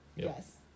yes